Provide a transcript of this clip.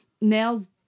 Nails